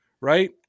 Right